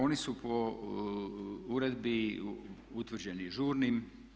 Oni su po uredbi utvrđeni žurnim.